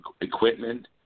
equipment